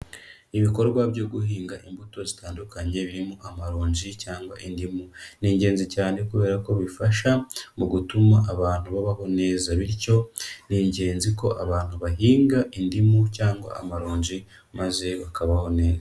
Ibikorwa byo guhinga imbuto zitandukanye birimo amaronji cyangwa indimu. Ni ingenzi cyane kubera ko bifasha mu gutuma abantu babaho neza. Bityo ni ingenzi ko abantu bahinga indimu cyangwa amaronji maze bakabaho neza.